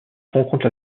rencontre